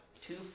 two